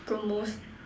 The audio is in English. promos